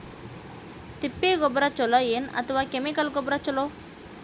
ತಿಪ್ಪಿ ಗೊಬ್ಬರ ಛಲೋ ಏನ್ ಅಥವಾ ಕೆಮಿಕಲ್ ಗೊಬ್ಬರ ಛಲೋ?